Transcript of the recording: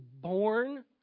born